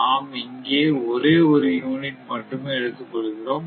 நாம் இங்கே ஒரே ஒரு யூனிட் மட்டுமே எடுத்துக் கொள்கிறோம்